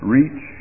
Reach